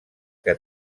que